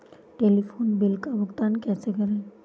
Telephone bill का भुगतान कैसे करें?